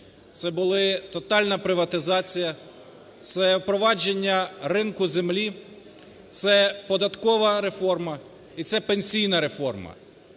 це були тотальна приватизація, це впровадження ринку землі, це податкова реформа і це пенсійна реформа.